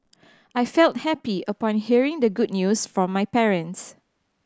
I felt happy upon hearing the good news from my parents